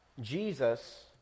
Jesus